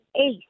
eight